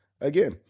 Again